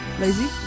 lazy